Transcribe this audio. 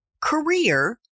career